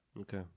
Okay